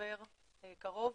חבר קרוב,